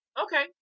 okay